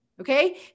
Okay